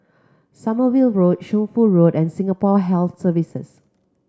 Sommerville Road Shunfu Road and Singapore Health Services